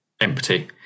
empty